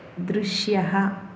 दृश्यः